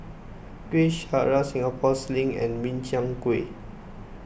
Kuih Syara Singapore Sling and Min Chiang Kueh